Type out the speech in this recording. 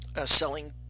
selling